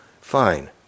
fine